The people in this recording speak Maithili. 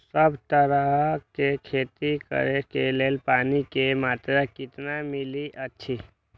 सब तरहक के खेती करे के लेल पानी के मात्रा कितना मिली अछि?